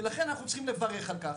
ולכן אנחנו צריכים לברך על כך.